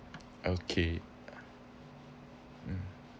okay mm